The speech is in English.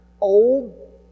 Old